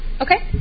Okay